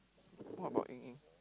what about Ying Ying